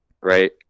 right